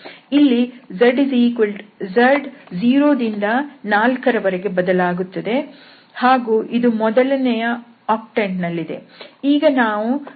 ಇಲ್ಲಿ z 0 ದಿಂದ 4 ರ ವರೆಗೆ ಬದಲಾಗುತ್ತದೆ ಹಾಗೂ ಇದು ಮೊದಲನೆಯ ಆಕ್ಟಂಟ್ ನಲ್ಲಿದೆ